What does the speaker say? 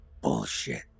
Bullshit